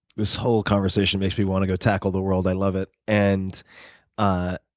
this whole conversation makes me want to go tackle the world. i love it. and i